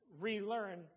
relearn